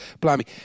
Blimey